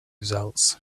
results